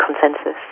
consensus